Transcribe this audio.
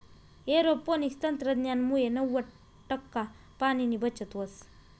aeroponics तंत्रज्ञानमुये नव्वद टक्का पाणीनी बचत व्हस